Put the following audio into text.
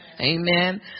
Amen